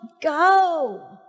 go